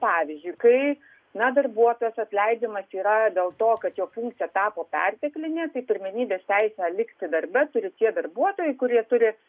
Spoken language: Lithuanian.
pavyzdžiui kai na darbuotojas atleidžiamas yra dėl to kad jo funkcija tapo perteklinė tai pirmenybės teisę likti darbe turi tie darbuotojai kurie turi